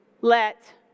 let